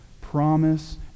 promise